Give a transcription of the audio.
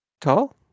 tall